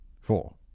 four